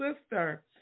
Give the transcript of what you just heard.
sister